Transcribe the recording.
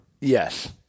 Yes